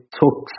took